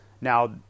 now